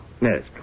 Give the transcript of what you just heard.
Yes